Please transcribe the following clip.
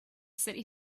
city